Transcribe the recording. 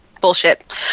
bullshit